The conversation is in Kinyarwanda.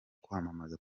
kwamamaza